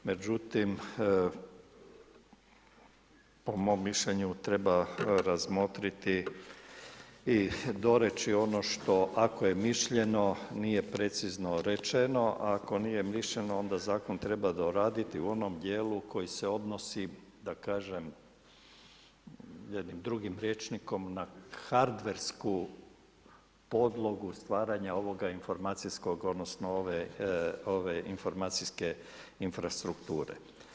Međutim po mom mišljenju treba razmotriti i doreći ono što, ako je mišljeno nije precizno rečeno, a ako nije mišljeno onda zakon treba doraditi u onom djelu koji se odnosi, da kažem jednim drugim rječnikom, na hardversku podlogu stvaranja ovoga informacijskog, odnosno ove informacijske infrastrukture.